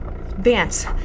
Vance